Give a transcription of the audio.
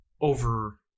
over